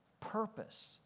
purpose